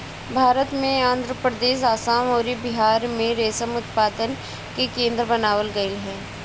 भारत में आंध्रप्रदेश, आसाम अउरी बिहार में रेशम उत्पादन के केंद्र बनावल गईल ह